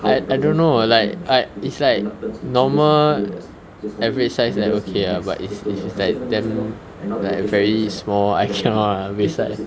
I I don't know like like if like normal average size then okay lah but if if it's like damn like very small I cannot is like